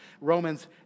Romans